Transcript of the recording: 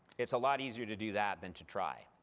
it's a lot easier to do that, than to try.